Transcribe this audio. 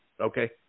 okay